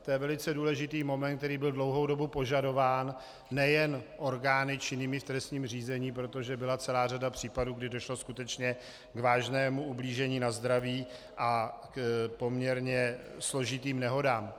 To je velice důležitý moment, který byl dlouhou dobu požadován nejen orgány činnými v trestním řízení, protože byla celá řada případů, kdy došlo skutečně k vážnému ublížení na zdraví a k poměrně složitým nehodám.